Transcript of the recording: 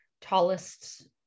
tallest